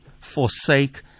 forsake